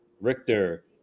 Richter